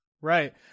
Right